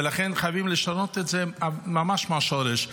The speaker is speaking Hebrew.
ולכן חייבים לשנות את זה ממש מהשורש.